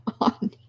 on